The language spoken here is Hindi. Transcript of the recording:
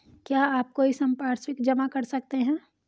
क्या आप कोई संपार्श्विक जमा कर सकते हैं?